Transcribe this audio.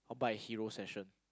I want to buy a hero session